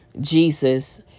Jesus